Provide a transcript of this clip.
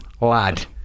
lad